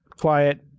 quiet